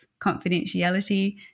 confidentiality